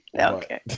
okay